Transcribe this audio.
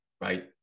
Right